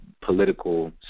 political